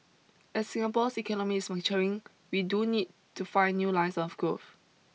as Singapore's economy is maturing we do need to find new lines of growth